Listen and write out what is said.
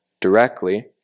directly